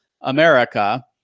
America